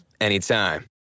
anytime